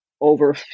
over